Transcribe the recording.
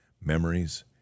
Memories